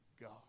God